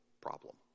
problem